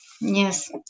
Yes